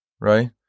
right